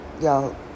y'all